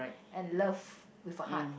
and love with a heart